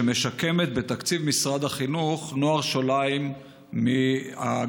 שמשקמת בתקציב משרד החינוך נוער שוליים מהגבעות,